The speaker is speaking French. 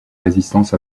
résistance